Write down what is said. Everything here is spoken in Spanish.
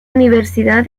universidad